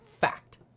fact